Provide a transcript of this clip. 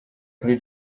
kuri